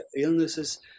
illnesses